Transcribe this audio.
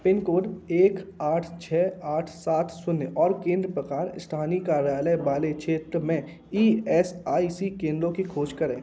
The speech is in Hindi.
पिन कोड एक आठ छः आठ सात शून्य और केंद्र प्रकार स्थानीय कार्यालय वाले क्षेत्र में ई एस आई सी केंद्रों की खोज करें